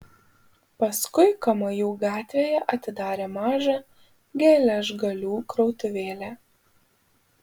paskui kamajų gatvėje atidarė mažą geležgalių krautuvėlę